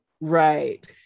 Right